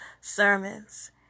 sermons